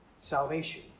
salvation